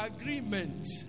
agreement